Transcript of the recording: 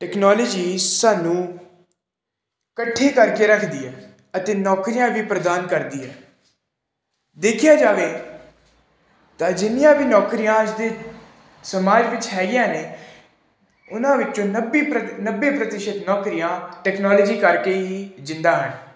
technology ਸਾਨੂੰ ਇਕੱਠੇ ਕਰਕੇ ਰੱਖਦੀ ਹੈ ਅਤੇ ਨੌਕਰੀਆਂ ਵੀ ਪ੍ਰਦਾਨ ਕਰਦੀ ਹੈ ਦੇਖਿਆ ਜਾਵੇ ਤਾਂ ਜਿੰਨੀਆਂ ਵੀ ਨੌਕਰੀਆਂ ਅੱਜ ਦੇ ਸਮਾਜ ਵਿੱਚ ਹੈਗੀਆਂ ਨੇ ਉਹਨਾਂ ਵਿੱਚੋਂ ਨੱਬੇ ਪ੍ਰਤੀ ਨੱਬੇ ਪ੍ਰਤੀਸ਼ਤ ਨੌਕਰੀਆਂ ਟੈਕਨੋਲਜੀ ਕਰਕੇ ਹੀ ਜਿੰਦਾ ਹਨ